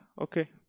Okay